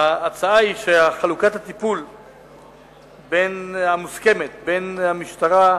ההצעה היא שחלוקת הטיפול המוסכמת בין המשרד